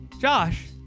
Josh